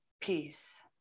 peace